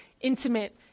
intimate